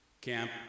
Camp